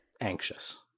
anxious